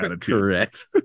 Correct